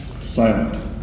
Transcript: Silent